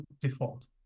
default